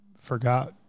forgot